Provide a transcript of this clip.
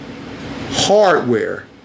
hardware